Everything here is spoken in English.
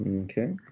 Okay